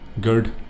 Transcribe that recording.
good